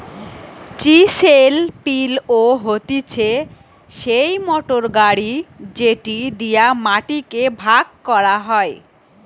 chisel পিলও হতিছে সেই মোটর গাড়ি যেটি দিয়া মাটি কে ভাগ করা হয়